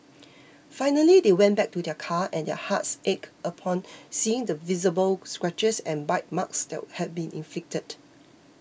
finally they went back to their car and their hearts ached upon seeing the visible scratches and bite marks that had been inflicted